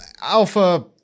alpha